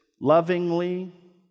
lovingly